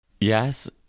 Yes